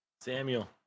Samuel